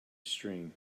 string